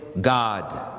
God